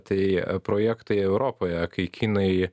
tai projektai europoje kai kinai